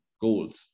goals